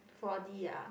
four D ah